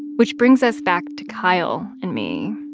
which brings us back to kyle and me.